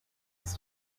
was